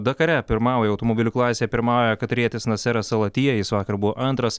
dakare pirmauja automobilių klasėje pirmauja katarietis naseras alatija jis vakar buvo antras